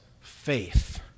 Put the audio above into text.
faith